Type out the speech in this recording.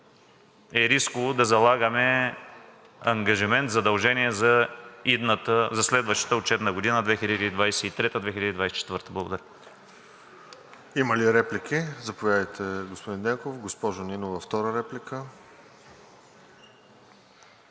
е рисково да залагаме ангажимент, задължение за следващата учебна година – 2023 – 2024 г. Благодаря.